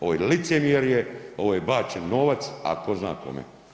Ovo je licemjerje, ovo je bačen novac, a tko zna kome.